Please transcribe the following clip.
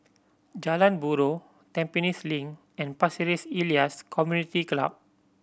Jalan Buroh Tampines Link and Pasir Ris Elias Community Club